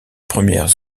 premières